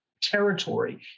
territory